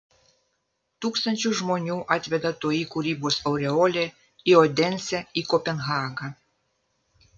tūkstančius žmonių atveda toji kūrybos aureolė į odensę į kopenhagą